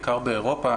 בעיקר באירופה,